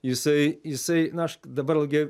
jisai jisai na aš dabar gi